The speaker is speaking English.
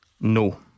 No